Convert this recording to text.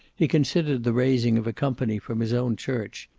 he considered the raising of a company from his own church,